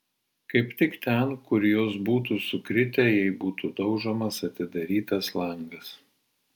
kaip tik ten kur jos būtų sukritę jei būtų daužomas atidarytas langas